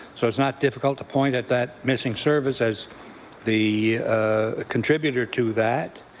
so it's not difficult to point at that missing service as the ah contributor to that.